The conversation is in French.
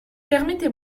permettez